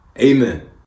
Amen